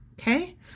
Okay